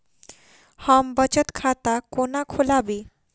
हम बचत खाता कोना खोलाबी?